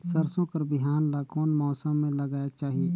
सरसो कर बिहान ला कोन मौसम मे लगायेक चाही?